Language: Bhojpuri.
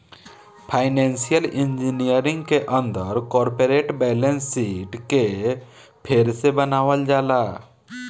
फाइनेंशियल इंजीनियरिंग के अंदर कॉरपोरेट बैलेंस शीट के फेर से बनावल जाला